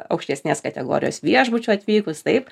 aukštesnės kategorijos viešbučio atvykus taip